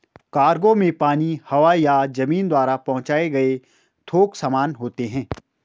cargo में पानी, हवा या जमीन द्वारा पहुंचाए गए थोक सामान होते हैं